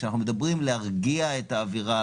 כשאנחנו מדברים על להרגיע את האווירה